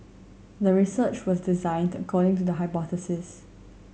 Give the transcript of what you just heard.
the research was designed according to the hypothesis